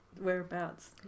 Whereabouts